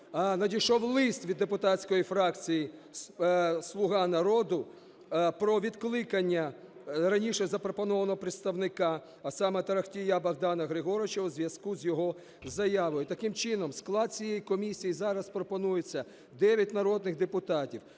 надійшов лист від депутатської фракції "Слуга народу" про відкликання, раніше запропонованого представника, а саме Торохтія Богдана Григоровича у зв'язку з його заявою. І таким чином склад цієї комісії зараз пропонується 9 народних депутатів: